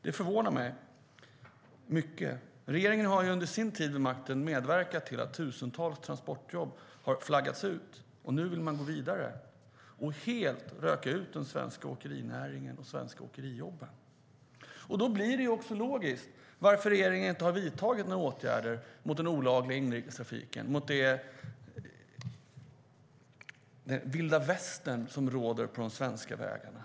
Det förvånar mig mycket. Regeringen har under sin tid vid makten medverkat till att tusentals transportjobb flaggats ut, och nu vill man gå vidare och helt röka ut den svenska åkerinäringen och de svenska åkerijobben. Därmed blir det logiskt att regeringen inte har vidtagit några åtgärder mot den olagliga inrikestrafiken, mot det vilda västern som råder på de svenska vägarna.